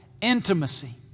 intimacy